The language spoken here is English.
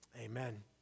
Amen